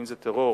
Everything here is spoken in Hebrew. אם טרור